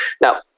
Now